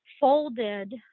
folded